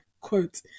quote